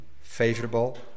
favorable